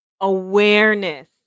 awareness